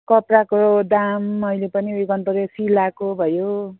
कपडाको दाम मैले पनि उयो गर्नु पर्यो सिलाएको भयो